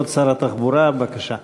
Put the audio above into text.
כבוד שר התחבורה, בבקשה.